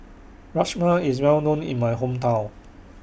Rajma IS Well known in My Hometown